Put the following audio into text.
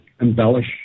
embellish